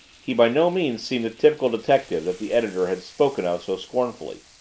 he by no means seemed the typical detective that the editor had spoken of so scornfully.